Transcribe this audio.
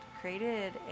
created